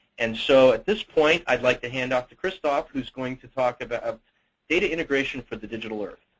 and so at this point, i'd like to hand off to krzysztof, who's going to talk about data integration for the digital earth.